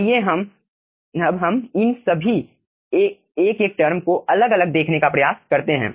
आइए अब हम इन सभी एक एक टर्म को अलग अलग देखने का प्रयास करते हैं